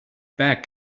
back